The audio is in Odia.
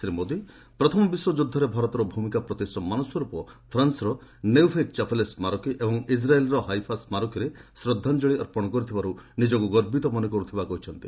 ଶ୍ରୀ ମୋଦି ପ୍ରଥମ ବିଶ୍ୱଯୁଦ୍ଧରେ ଭାରତର ଭୂମିକା ପ୍ରତି ସମ୍ମାନସ୍ୱରୂପ ଫ୍ରାନ୍ସର ନେଉଭେ ଚାପେଲେ ସ୍କାରକୀ ଏବଂ ଇକ୍ରାଏଲ୍ର ହାଇଫା ସ୍କାରକୀରେ ଶ୍ରଦ୍ଧାଞ୍ଚଳି ଜଣାଇଥିବାରୁ ନିଜକୁ ଗର୍ବିତ ମନେ କରୁଥିବାର କହିଛନ୍ତି